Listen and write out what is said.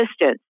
distance